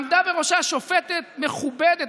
עמדה בראשה שופטת מכובדת,